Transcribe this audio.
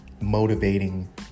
motivating